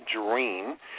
dream